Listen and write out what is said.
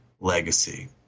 legacy